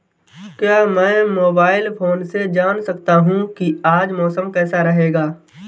क्या मैं mobile phone से जान सकता हूँ कि आज मौसम कैसा रहेगा?